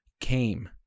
came